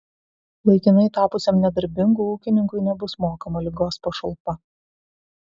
laikinai tapusiam nedarbingu ūkininkui nebus mokama ligos pašalpa